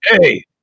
hey